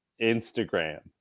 Instagram